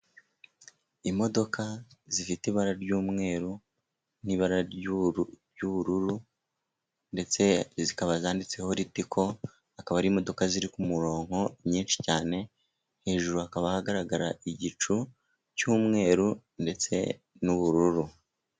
Imodoka zifite ibara ry'umweru n'ibara ry'ubururu ndetse zikaba zanditseho ritiko, akaba ari imodoka ziri ku murongo nyinshi cyane hejuru hakaba hagaragara igicu cy'umweru ndetse n'ubururu.